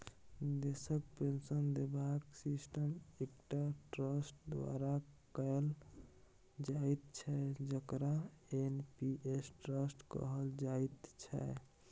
देशक पेंशन देबाक सिस्टम एकटा ट्रस्ट द्वारा कैल जाइत छै जकरा एन.पी.एस ट्रस्ट कहल जाइत छै